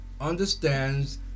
understands